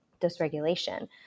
dysregulation